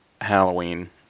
Halloween